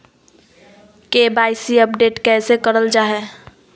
KYC update कैसे करल जाहै?